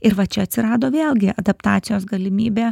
ir va čia atsirado vėlgi adaptacijos galimybė